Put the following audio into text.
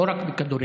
לא רק בכדורגל.